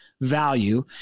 value